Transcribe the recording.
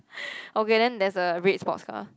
okay then there's a red sports car